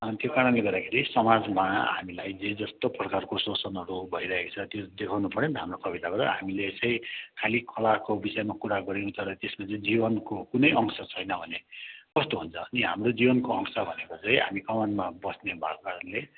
अनि त्यो कारणले गर्दाखेरि समाजमा हामीलाई जे जस्तो प्रकारको शोषणहरू भइरहेको छ त्यो देखाउनु पर्यो नि त हाम्रो कविताबाट हामीले यसै खालि कलाको विषयमा कुरा गर्यौँ तर त्यसमा चाहिँ जीवनको कुनै अंश छैन भने कस्तो हुन्छ हाम्रो जीवनको अंश भनेको नै हामी कमानमा बस्ने भएको कारणले